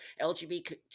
LGBT